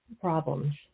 problems